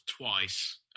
twice